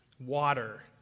Water